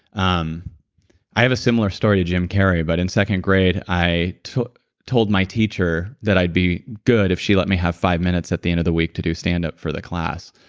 um i have a similar story to jim carrey, but in second grade i told my teacher that i'd be good if she let me have five minutes at the end of the week to do stand-up for the class.